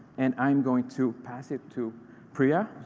and i'm going to pass it to priya,